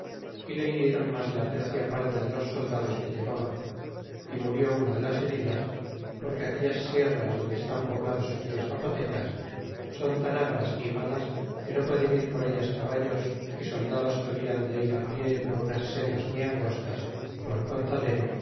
y le birléron mas de la tercia parte de los soldados que llevaba é murió uno de las heridas porque aquellas sierras donde están poblados aquellos zapotecas son tan agras y malas que no pueden ir por ellas caballos y soldados hablan de ir pie por unas sendas muy angostas